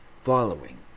following